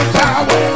power